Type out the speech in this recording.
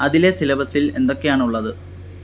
അതിലെ സിലബസിൽ എന്തൊക്കെയാണ് ഉള്ളത്